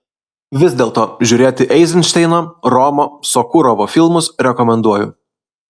vis dėlto žiūrėti eizenšteino romo sokurovo filmus rekomenduoju